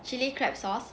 chilli crab sauce